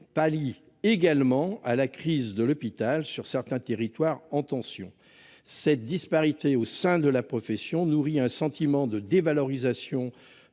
pallient également la crise de l'hôpital sur certains territoires en tension. Cette disparité au sein de la profession nourrit un sentiment de dévalorisation